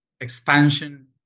expansion